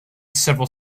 several